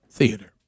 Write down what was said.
Theater